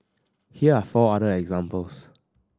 here are four other examples